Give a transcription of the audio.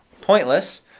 pointless